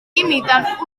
imitant